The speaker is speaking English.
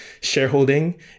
shareholding